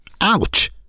Ouch